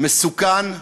מסוכן,